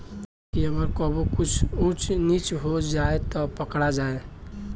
ताकि अगर कबो कुछ ऊच नीच हो जाव त पकड़ा जाए